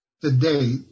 today